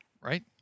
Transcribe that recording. Right